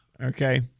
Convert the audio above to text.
okay